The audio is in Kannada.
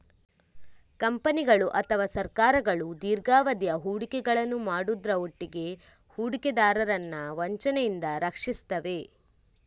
ಕಂಪನಿಗಳು ಅಥವಾ ಸರ್ಕಾರಗಳು ದೀರ್ಘಾವಧಿಯ ಹೂಡಿಕೆಗಳನ್ನ ಮಾಡುದ್ರ ಒಟ್ಟಿಗೆ ಹೂಡಿಕೆದಾರರನ್ನ ವಂಚನೆಯಿಂದ ರಕ್ಷಿಸ್ತವೆ